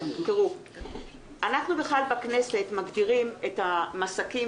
אנחנו בכנסת מגדירים את המסכים